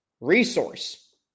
Resource